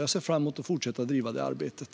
Jag ser fram emot att fortsätta driva det arbetet.